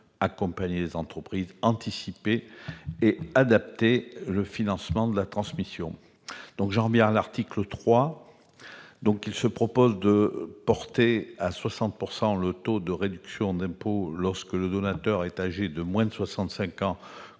accompagner les entreprises, anticiper et adapter le financement de la transmission. L'article 3 prévoit de porter à 60 % le taux de réduction d'impôts lorsque le donateur est âgé de moins de